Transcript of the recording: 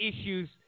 issues